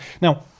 Now